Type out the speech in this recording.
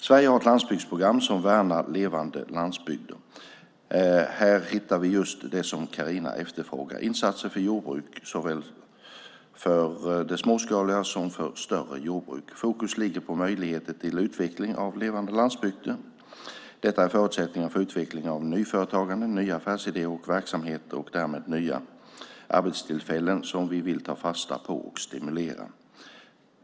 Sverige har ett landsbygdsprogram som värnar levande landsbygder. Här hittar vi just det som Carina efterfrågar - insatser för jordbruk, såväl för det småskaliga som för större jordbruk. Fokus ligger på möjligheter till utveckling av levande landsbygder. Detta är förutsättningarna för utveckling av nyföretagande, nya affärsidéer och verksamheter och därmed nya arbetstillfällen som vi vill ta fasta på och stimulera.